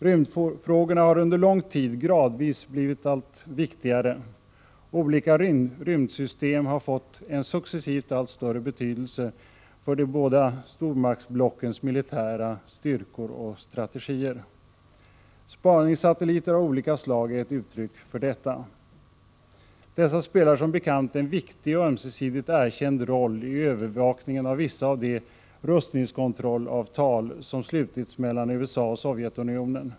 Rymdfrågorna har under lång tid gradvis blivit allt viktigare. Olika rymdsystem har fått en successivt allt större betydelse för de båda stormaktsblockens militära styrkor och strategier. Spaningssatelliter av olika slag är ett uttryck för detta. Dessa spelar som bekant en viktig och ömsesidigt erkänd roll i övervakningen av vissa av de rustningskontrollavtal som slutits mellan USA och Sovjetunionen.